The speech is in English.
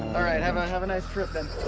alright, have ah have a nice trip, then.